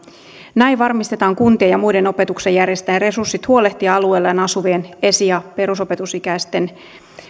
näin varmistetaan kuntien ja muiden opetuksen järjestäjien resurssit huolehtia alueellaan asuvien esi ja perusopetusikäisten